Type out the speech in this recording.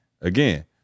again